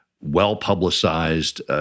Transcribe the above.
well-publicized